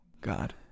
God